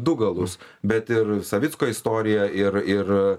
du galus bet ir savicko istorija ir ir